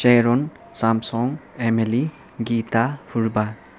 सेरोन सामसोङ एमिली गिता फुर्बा